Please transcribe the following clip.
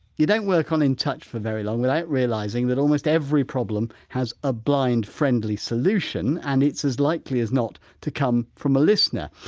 you don't work on in touch for very long without realising that almost every problem has a blind friendly solution and it's as likely as not to come from a listener.